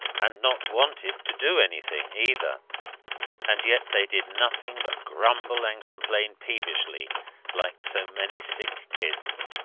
and not wanted to do anything, either and yet they did nothing but grumble and complain peevishly like so many sick kids.